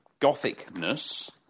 gothicness